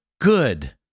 good